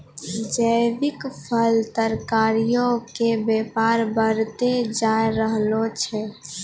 जैविक फल, तरकारीयो के व्यापार बढ़तै जाय रहलो छै